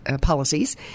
Policies